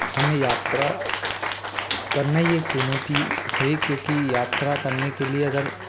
हमें यात्रा करना ही एक चुनौती है क्योंकि यात्रा करने के लिए अगर